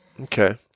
Okay